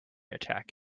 attack